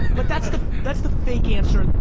but that's the that's the fake answer.